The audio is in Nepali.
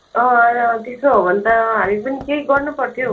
हजुर त्यस्तो हो भने त हामी पनि केही गर्नु पर्थ्यो